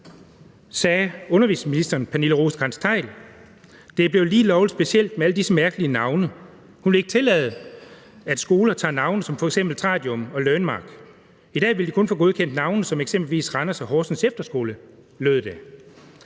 sagde undervisningsministeren: Det er blevet lige lovlig specielt med alle disse mærkelige navne. Hun vil ikke tillade, at skoler tager navne som f.eks. Tradium og Learnmark. I dag vil de kun få godkendt navne som eksempelvis Randers Efterskole og Horsens Efterskole, lød det.